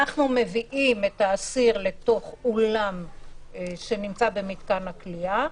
אנחנו מביאים את האסיר לתוך אולם שנמצא במתקן הכליאה,